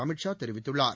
அமித் ஷா தெரிவித்துள்ளார்